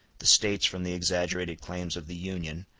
the states from the exaggerated claims of the union,